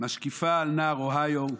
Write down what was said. המשקיפה על נהר אוהיו.